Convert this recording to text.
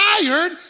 tired